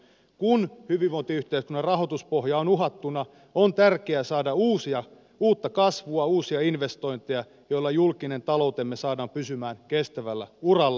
kun hyvinvointiyhteiskunnan rahoituspohja on uhattuna on tärkeää saada uutta kasvua uusia investointeja joilla julkinen taloutemme saadaan pysymään kestävällä uralla